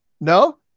No